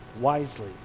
wisely